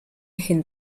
hin